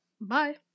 Bye